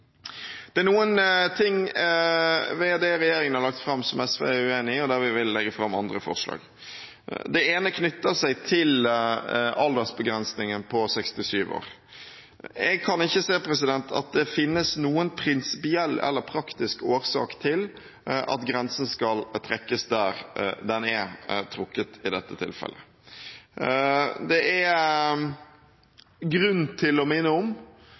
Det er noen ting ved det regjeringen har lagt fram, som SV er uenig i, og der vi vil legge fram andre forslag. Det ene er knyttet til aldersbegrensningen på 67 år. Jeg kan ikke se det finnes noen prinsipiell eller praktisk årsak til at grensen skal trekkes der den er trukket i dette tilfellet. Det er grunn til å minne om